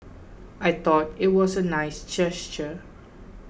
I thought it was a nice gesture